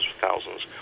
thousands